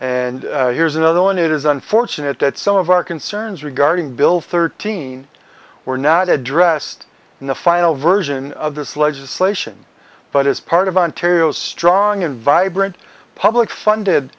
and here's another one it is unfortunate that some of our concerns regarding bill thirteen were not addressed in the final version of this legislation but as part of ontario's strong and vibrant public funded